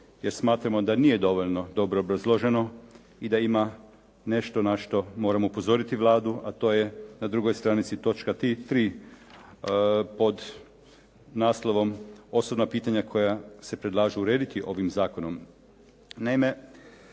jer smatramo da nije dovoljno dobro obrazloženo i da ima nešto na što moramo upozoriti Vladu, a to je na 2. stranici točka 3. pod naslovom "Osobna pitanja koja se predlažu urediti ovim zakonom".